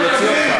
השנייה.